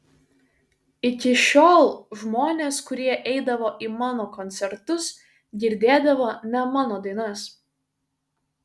iki šiol žmonės kurie eidavo į mano koncertus girdėdavo ne mano dainas